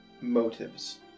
motives